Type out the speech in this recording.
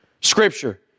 Scripture